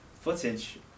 footage